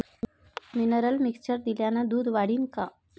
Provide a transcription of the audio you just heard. Mineral mixture दिल्यानं दूध वाढीनं का?